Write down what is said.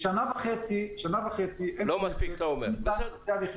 כפיר בטט, בבקשה.